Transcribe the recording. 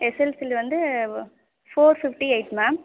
SSLC வந்து four fifty eight ma'am